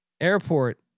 airport